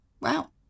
Wow